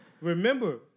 remember